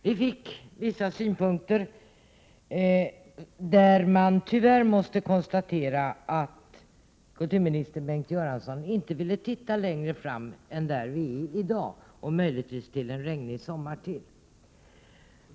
Vi fick höra vissa synpunkter som gör att man tyvärr måste konstatera att kulturminister Bengt Göransson inte vill se längre framåt än till den situation där vi befinner oss i dag och möjligtvis en regnig sommar till.